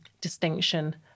Distinction